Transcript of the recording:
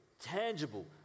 tangible